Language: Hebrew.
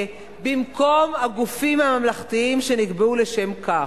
במקום הגופים הממלכתיים שנקבעו לשם כך.